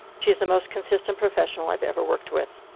she is the most consistent professional i've ever worked with.